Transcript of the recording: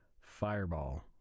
fireball